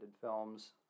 films